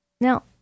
Now